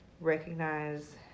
recognize